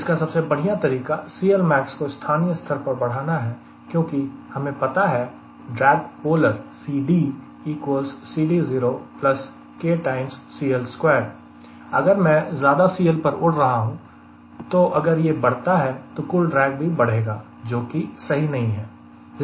इसका सबसे बढ़िया तरीका CLmax को स्थानीय स्तर पर बढ़ाना है क्योंकि हमें पता है ड्रेग पोलर अगर मैं ज्यादा CL पर उड़ रहा हूं तो अगर यह बढ़ता है तो कुल ड्रेग भी बढ़ेगा जो कि सही नहीं है